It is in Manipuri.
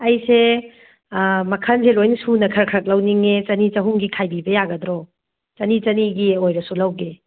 ꯑꯩꯁꯦ ꯃꯈꯟꯁꯦ ꯂꯣꯏꯅ ꯁꯨꯅ ꯈꯔ ꯈꯔ ꯂꯧꯅꯤꯡꯑꯦ ꯆꯥꯅꯤ ꯆꯍꯨꯝꯒꯤ ꯈꯥꯏꯕꯤꯕ ꯌꯥꯒꯗ꯭ꯔꯣ ꯆꯅꯤ ꯆꯅꯤꯒꯤ ꯑꯣꯏꯔꯁꯨ ꯂꯧꯒꯦ